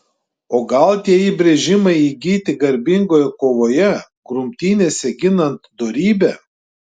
o gal tie įbrėžimai įgyti garbingoje kovoje grumtynėse ginant dorybę